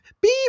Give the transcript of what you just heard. Beep